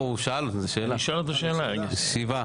שבעה.